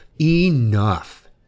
Enough